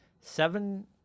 seven